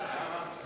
61 בעד, 59 מתנגדים.